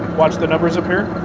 watch the numbers up here.